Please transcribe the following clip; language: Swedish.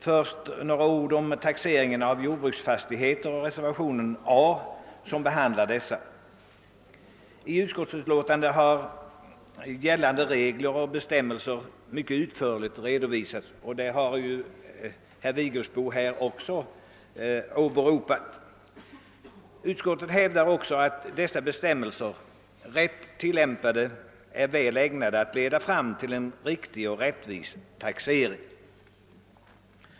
Först några ord om taxeringen av jordbruksfastigheter och reservationen AÅ, som behandlar denna fråga! I utskottsbetänkandet har gällande regler och bestämmelser mycket utförligt redovisats; också herr Vigelsbo har åberopat detta. Utskottet hävdar att dessa bestämmelser, rätt tillämpade, är väl ägnade att leda fram till en riktig och rättvis taxering.